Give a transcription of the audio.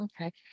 Okay